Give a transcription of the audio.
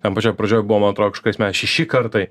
ten pačioj pradžioj buvo man atrodo kažkokiais metais šeši kartai